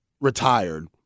retired